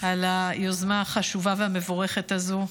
על היוזמה החשובה והמבורכת הזו.